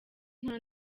nta